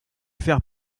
faire